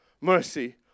mercy